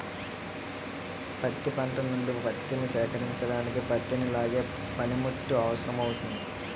పత్తి పంట నుండి పత్తిని సేకరించడానికి పత్తిని లాగే పనిముట్టు అవసరమౌతుంది